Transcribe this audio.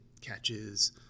catches